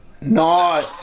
No